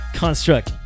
construct